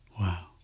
Wow